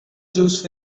juice